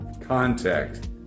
contact